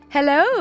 Hello